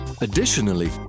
Additionally